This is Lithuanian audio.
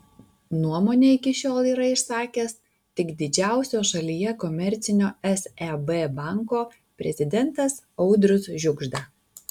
nuomonę iki šiol yra išsakęs tik didžiausio šalyje komercinio seb banko prezidentas audrius žiugžda